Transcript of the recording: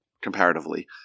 comparatively